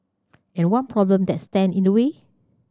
and one problem that stand in the way